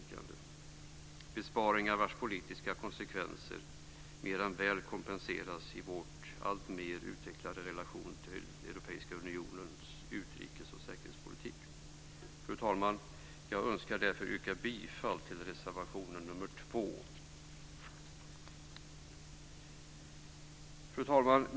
Det är besparingar vars politiska konsekvenser mer än väl kompenseras i vår alltmer utvecklade relation till Fru talman! Jag önskar därför yrka bifall till reservation nr 2. Fru talman!